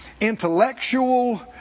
intellectual